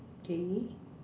okay